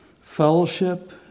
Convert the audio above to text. Fellowship